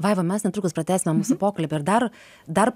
vaiva mes netrukus pratęsime mūsų pokalbį ir dar dar